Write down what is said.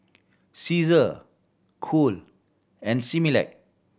Cesar Cool and Similac